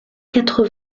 quatre